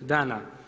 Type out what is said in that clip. dana.